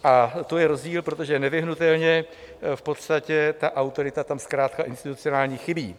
A to je rozdíl, protože nevyhnutelně v podstatě ta autorita tam zkrátka institucionální chybí.